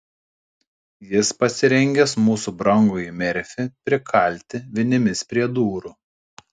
jis pasirengęs mūsų brangųjį merfį prikalti vinimis prie durų